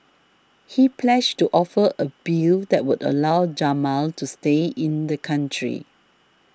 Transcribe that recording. he pledged to offer a bill that would allow Jamal to stay in the country